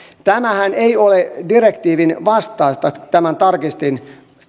tämähän ei ole direktiivin vastaista tämän tarkistin